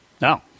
No